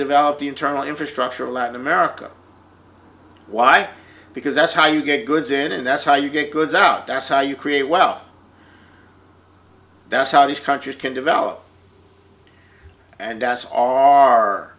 develop the internal infrastructure in latin america why because that's how you get goods in and that's how you get goods out that's how you create wealth that's how these countries can develop and as our